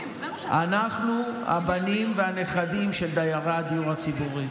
אנחנו הבנים והנכדים של דיירי הדיור הציבורי.